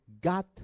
got